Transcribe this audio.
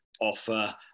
offer